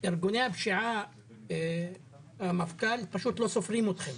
המפכ"ל, ארגוני הפשיעה פשוט לא סופרים אתכם.